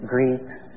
Greeks